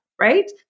right